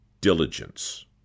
diligence